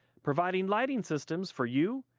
providinglighting systems for you,